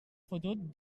fotut